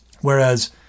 Whereas